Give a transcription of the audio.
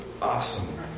Awesome